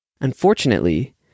Unfortunately